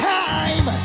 time